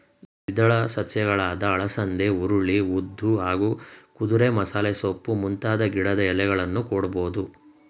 ದ್ವಿದಳ ಸಸ್ಯಗಳಾದ ಅಲಸಂದೆ ಹುರುಳಿ ಉದ್ದು ಹಾಗೂ ಕುದುರೆಮಸಾಲೆಸೊಪ್ಪು ಮುಂತಾದ ಗಿಡದ ಎಲೆಯನ್ನೂ ಕೊಡ್ಬೋದು